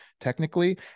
technically